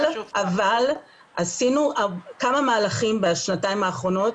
אבל עשינו כמה מהלכים בשנתיים האחרונות,